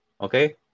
Okay